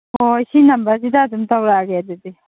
ꯍꯣꯏ ꯁꯤ ꯅꯝꯕꯔꯁꯤꯗ ꯑꯗꯨꯝ ꯇꯧꯔꯛꯑꯒꯦ ꯑꯗꯨꯗꯤ